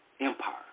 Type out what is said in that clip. empire